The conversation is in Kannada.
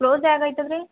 ಸೆ ಆಗೈತಲ್ಲ ರೀ